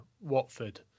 Watford